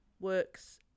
works